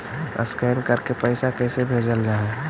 Scan करके पैसा कैसे भेजल जा हइ?